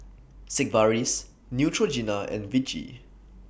Sigvaris Neutrogena and Vichy